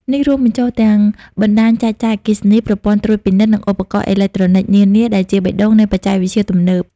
នេះរួមបញ្ចូលទាំង បណ្ដាញចែកចាយអគ្គិសនី ប្រព័ន្ធត្រួតពិនិត្យ និងឧបករណ៍អេឡិចត្រូនិចនានា ដែលជាបេះដូងនៃបច្ចេកវិទ្យាទំនើប។